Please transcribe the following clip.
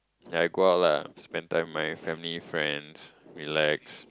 ya I go out lah spend time with my family friends relax